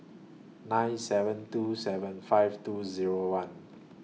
nine seven two seven five two Zero one